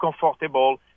comfortable